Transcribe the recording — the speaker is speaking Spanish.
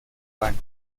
vano